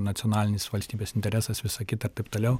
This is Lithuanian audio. nacionalinis valstybės interesas visa kita ir taip toliau